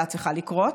הגבול,